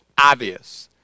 obvious